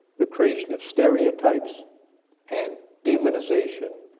the creation of stereotypes and demonization.